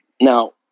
now